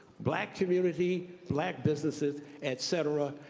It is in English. black community, black businesses, et cetera,